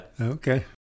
Okay